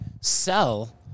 sell